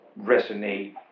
resonate